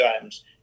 times